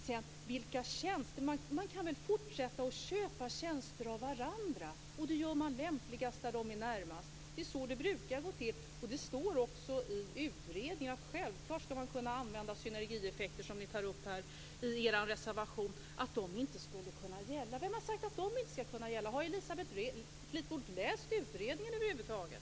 Sedan när det gäller tjänsterna kan man ju fortsätta att köpa tjänster av varandra, och det gör man lämpligast där de är närmast. Det är så det brukar gå till, och det står också i utredningen att man självfallet skall kunna använda synergieffekter. I er reservation skriver ni att de inte skulle kunna gälla. Vem har sagt att de inte skall kunna gälla? Har Elisabeth Fleetwood läst utredningen över huvud taget?